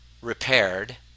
repaired